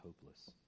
hopeless